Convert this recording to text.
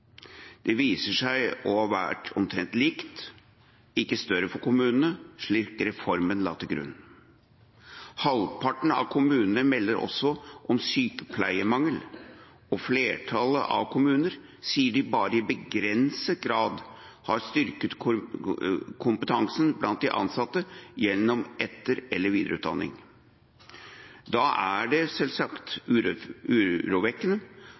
Det viser seg å være omtrent likt, ikke større for kommunene, slik reformen la til grunn. Halvparten av kommunene melder også om sykepleiermangel, og flertallet av kommunene sier de bare i begrenset grad har styrket kompetansen blant de ansatte gjennom etter- eller videreutdanning. Da er det selvsagt urovekkende